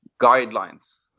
guidelines